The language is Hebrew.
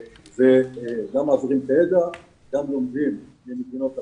גם מעבירים את הידע וגם לומדים ממדינות אחרות.